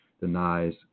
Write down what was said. denies